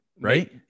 right